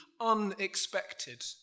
unexpected